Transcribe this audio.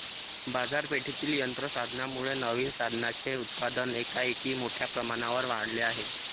बाजारपेठेतील यंत्र साधनांमुळे नवीन साधनांचे उत्पादन एकाएकी मोठ्या प्रमाणावर वाढले आहे